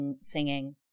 singing